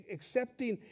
Accepting